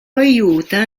aiuta